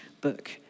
book